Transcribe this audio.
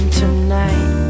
tonight